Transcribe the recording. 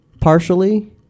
partially